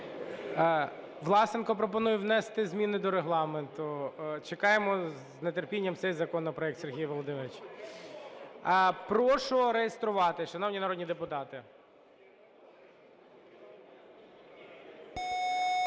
Власенко пропонує внести зміни до Регламенту. Чекаємо з нетерпінням цей законопроект Сергія Володимировича. Прошу реєструватись, шановні народні депутати.